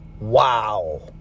wow